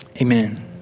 Amen